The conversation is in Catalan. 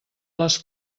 les